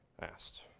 asked